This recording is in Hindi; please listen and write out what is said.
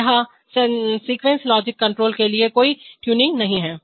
यहां सीक्वेंस लॉजिक कंट्रोल के लिए कोई ट्यूनिंग नहीं है